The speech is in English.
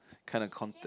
kinda context